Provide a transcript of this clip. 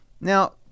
Now